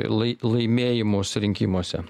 lai laimėjimus rinkimuose